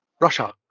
Russia